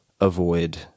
avoid